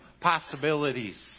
possibilities